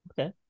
Okay